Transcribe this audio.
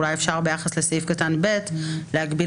אולי אפשר ביחס לסעיף קטן (ב) להגביל